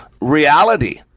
reality